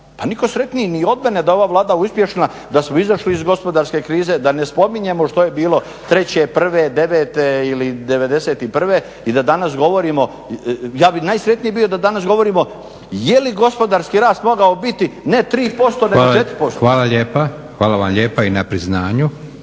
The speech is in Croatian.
pa nitko sretniji ni od mene da je ova Vlada uspješna da smo izašli iz gospodarske krize, da ne spominjemo što je bilo, treće, prve, devete ili 91.i da danas govorimo, ja bih najsretniji bio da danas govorimo je li gospodarski rast mogao biti, ne 3% nego 4%. **Leko, Josip (SDP)** Hvala